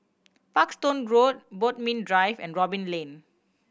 Parkstone Road Bodmin Drive and Robin Lane